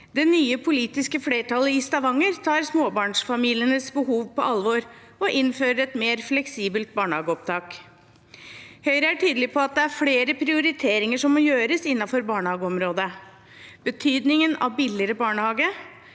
Det nye politiske flertallet i Stavanger tar småbarnsfamilienes behov på alvor og innfører et mer fleksibelt barnehageopptak. Høyre er tydelig på at det er flere prioriteringer som må gjøres innenfor barnehageområdet. Betydningen av billigere barnehage,